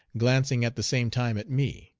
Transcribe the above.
glancing at the same time at me.